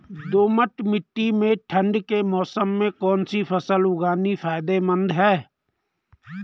दोमट्ट मिट्टी में ठंड के मौसम में कौन सी फसल उगानी फायदेमंद है?